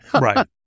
Right